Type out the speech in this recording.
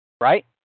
Right